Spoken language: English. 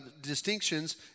distinctions